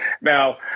Now